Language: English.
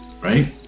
right